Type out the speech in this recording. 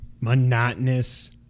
monotonous